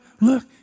look